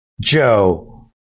Joe